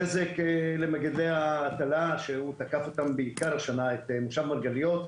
הנזק למגדלי ההטלה השנה הוא בעיקר במושב מרגליות,